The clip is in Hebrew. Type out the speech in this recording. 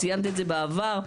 ציינת את זה בעבר,